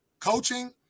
coaching